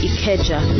Ikeja